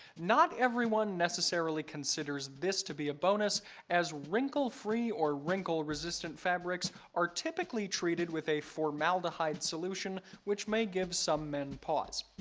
not everyone necessarily considers this to be a bonus as wrinkle free or wrinkle resistant fabrics are typically treated with a formaldehyde solution which may give some men pause.